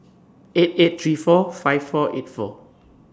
eight eight three four five four eight four